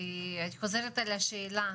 היי, שלום לכולם.